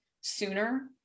sooner